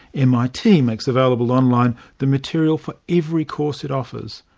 mit makes available online the materials for every course it offers.